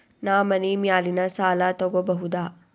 ನಾ ಮನಿ ಮ್ಯಾಲಿನ ಸಾಲ ತಗೋಬಹುದಾ?